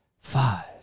five